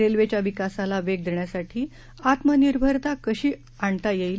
रेल्वेच्या विकासाला वेग देण्यासाठी आत्मनिर्भता कशी आणता येईल